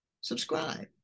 subscribe